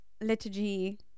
liturgy